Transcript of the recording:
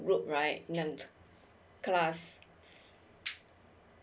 group right then class